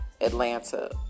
Atlanta